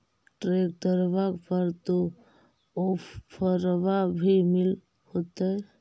ट्रैक्टरबा पर तो ओफ्फरबा भी मिल होतै?